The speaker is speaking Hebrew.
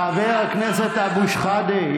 חבר הכנסת אבו שחאדה,